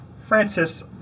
Francis